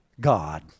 God